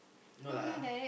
no lah